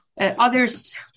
others